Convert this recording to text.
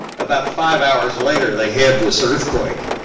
about five hours later, they had this earthquake.